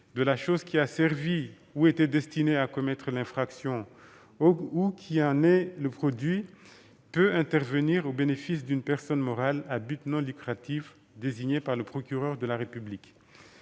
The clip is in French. de la chose qui a servi ou qui était destinée à commettre l'infraction ou qui en est le produit au bénéfice d'une personne morale à but non lucratif désignée par le procureur de la République.